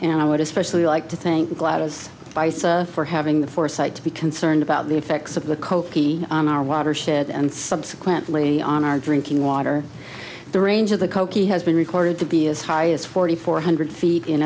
and i would especially like to think glad as i say for having the foresight to be concerned about the effects of the kochi on our watershed and subsequently on our drinking water the range of the kochi has been recorded to be as high as forty four hundred feet in